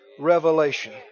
revelation